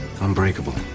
Unbreakable